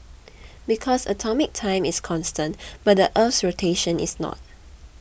because atomic time is constant but the earth's rotation is not